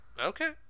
Okay